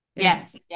Yes